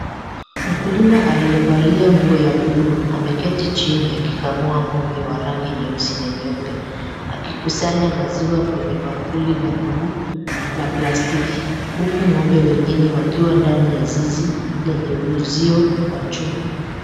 Mkulima aliyevalia nguo ya buluu ameketi chini akikamua ng'ombe wa rangi nyeusi na nyeupe, akikusanya maziwa kwenye bakuli la buluu la plastiki. Huku ng'ombe wengine wakiwa ndani ya zizi lenye uzio wa chuma.